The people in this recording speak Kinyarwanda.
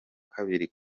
kabiri